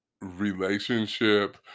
relationship